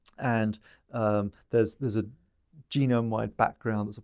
and there's there's a genome-wide background.